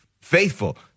faithful